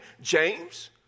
James